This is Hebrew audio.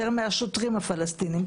יותר מהשוטרים הפלסטינים,